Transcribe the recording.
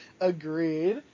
Agreed